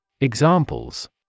Examples